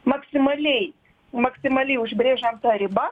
maksimaliai maksimaliai užbrėžiant tą ribą